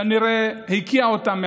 כנראה, הקיאה אותם.